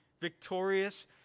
Victorious